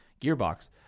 gearbox